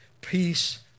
peace